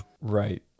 Right